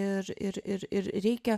ir ir ir ir reikia